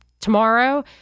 Tomorrow